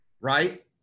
right